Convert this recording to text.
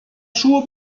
schuhe